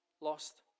lost